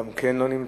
גם הוא לא נמצא.